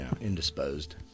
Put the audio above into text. indisposed